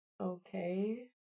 Okay